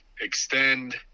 extend